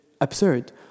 absurd